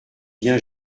bien